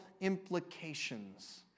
implications